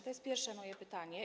To jest pierwsze moje pytanie.